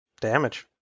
Damage